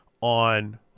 on –